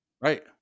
right